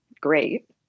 great